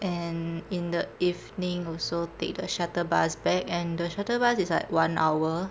and in the evening also take the shuttle bus back and the shuttle bus is like one hour